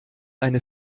eine